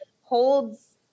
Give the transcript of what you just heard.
holds